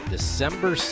December